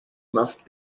must